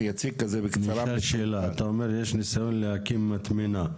אתה אומר שיש ניסיון להקים מטמנה.